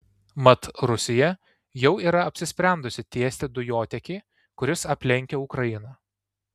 mat rusija jau yra apsisprendusi tiesti dujotiekį kuris aplenkia ukrainą